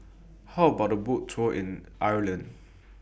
How about A Boat Tour in Ireland